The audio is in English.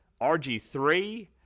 RG3